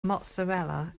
mozzarella